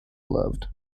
loved